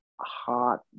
hot